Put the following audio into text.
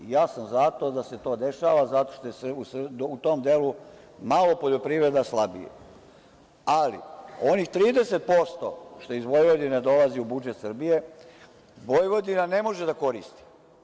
Ja sam za to da se to dešava zato što je u tom delu malo poljoprivreda slabija, ali onih 30%, što iz Vojvodine dolazi u budžet Srbije, Vojvodina ne može da koristi.